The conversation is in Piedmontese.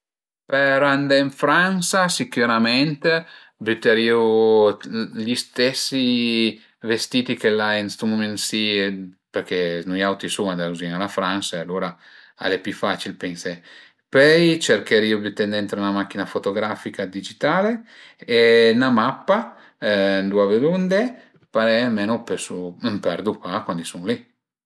Per andé ën Fransa sicürament büterìu gli stesi vestiti che l'ai ën stu mument si perché nui auti suma dauzin a la Fransa alura al e pi facil pensé, pöi cercherìu dë büté ëndrinta 'na macchina fotografical digitale e 'na mappa ëndua völu andé, parei almenu pösu, m'perdu pa cuandi sun li